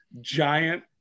giant